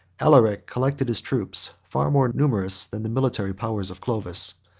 alaric collected his troops, far more numerous than the military powers of clovis.